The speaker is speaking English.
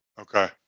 Okay